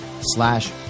slash